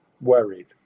worried